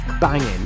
banging